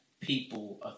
people